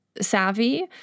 savvy